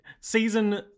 Season